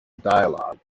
dialogue